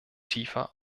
tiefer